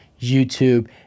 YouTube